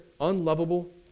unlovable